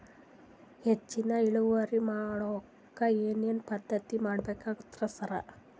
ಹೆಚ್ಚಿನ್ ಇಳುವರಿ ಮಾಡೋಕ್ ಏನ್ ಏನ್ ಪದ್ಧತಿ ಮಾಡಬೇಕಾಗ್ತದ್ರಿ ಸರ್?